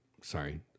Sorry